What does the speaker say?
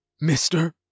Mister